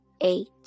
eight